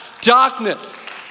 darkness